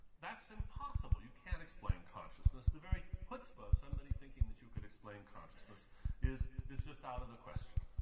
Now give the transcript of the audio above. that's impossible! you can't explain consciousness. the very chutzpah of somebody thinking that you could explain consciousness is is just out of the question.